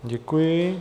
Děkuji.